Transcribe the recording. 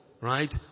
right